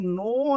no